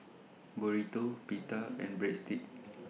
Burrito Pita and Breadsticks